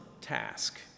task